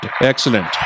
excellent